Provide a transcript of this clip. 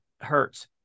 hurts